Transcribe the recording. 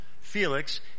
Felix